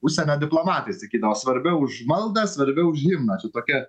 užsienio diplomatai sakydavo svarbiau už maldą svarbiau himną čia tokia